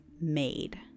made